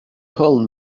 old